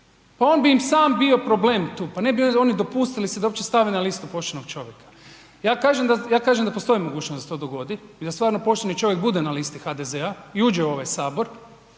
Pa on bi im sam bio problem tu. Pa ne bi oni dopustili si da uopće stave na listu poštenog čovjeka. Ja kažem da postoji mogućnost da se to dogodi i da stvarno pošteni čovjek bude na listi HDZ-a i uđe u ovaj Sabor